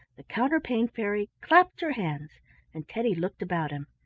the counterpane fairy clapped her hands and teddy looked about him.